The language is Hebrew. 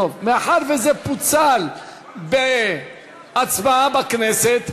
מאחר שזה פוצל בהצבעה בכנסת,